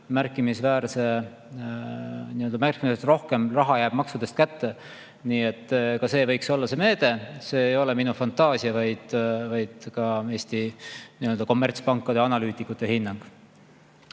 märkimisväärse kasu, märkimisväärselt rohkem raha jääb maksudest kätte. Nii et see võiks olla üks meede. See ei ole minu fantaasia, vaid ka Eesti kommertspankade analüütikute hinnang.